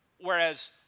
whereas